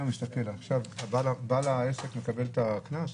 עכשיו בעל העסק מקבל את הקנס?